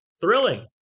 Thrilling